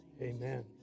Amen